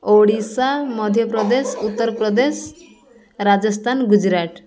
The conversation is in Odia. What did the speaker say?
ଓଡ଼ିଶା ମଧ୍ୟପ୍ରଦେଶ ଉତ୍ତରପ୍ରଦେଶ ରାଜସ୍ଥାନ ଗୁଜୁରାଟ